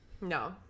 No